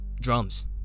Drums